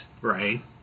Right